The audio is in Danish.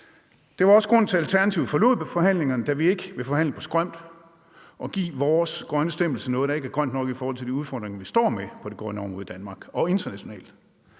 Det var også grunden til, at Alternativet forlod forhandlingerne, da vi ikke vil forhandle på skrømt og give vores grønne stempel til noget, der ikke er grønt nok i forhold til de udfordringer, vi står med på det grønne område i Danmark og internationalt.